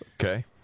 Okay